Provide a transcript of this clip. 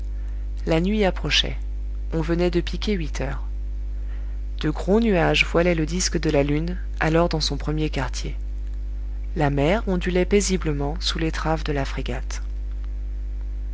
la nuit approchait on venait de piquer huit heures de gros nuages voilaient le disque de la lune alors dans son premier quartier la mer ondulait paisiblement sous l'étrave de la frégate